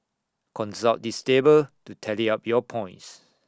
consult this table to tally up your points